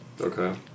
Okay